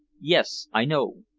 yes i know.